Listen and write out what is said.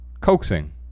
coaxing